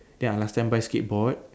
ya last time buy skateboard